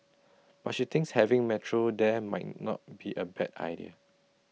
but she thinks having metro there may not be A bad idea